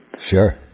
Sure